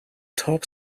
top